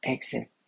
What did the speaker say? Exit